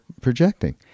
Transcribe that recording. projecting